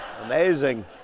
Amazing